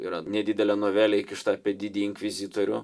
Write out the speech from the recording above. yra nedidelė novelė įkišta apie didįjį inkvizitorių